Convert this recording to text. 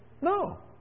No